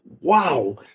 wow